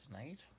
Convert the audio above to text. tonight